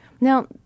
Now